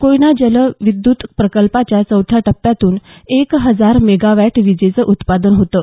कोयना जलविद्युत प्रकल्पाच्या चौथ्या टप्प्यातून एक हजार मेगावॅट विजेचं उत्पादन होतं